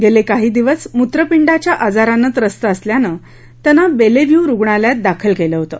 गेले काही दिवस मूत्रपिंडाच्या आजारानं त्रस्त असल्यानं त्यांना बेले व्ह्यू रुग्णालयात दाखल केलं होतं